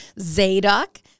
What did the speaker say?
Zadok